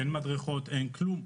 אין מדרכות ואין כלום.